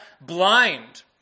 blind